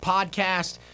Podcast